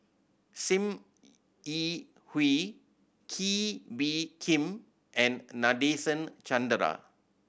Sim Yi Hui Kee Bee Khim and Nadasen Chandra